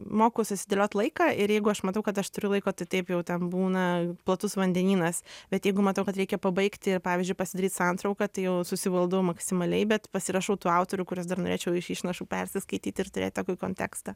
moku susidėliot laiką ir jeigu aš matau kad aš turiu laiko tai taip jau ten būna platus vandenynas bet jeigu matau kad reikia pabaigti ir pavyzdžiui pasidarytisantrauką jau susivaldau maksimaliai bet pasirašau tų autorių kuriuos dar norėčiau iš išnašų persiskaityt ir turėt tokį kontekstą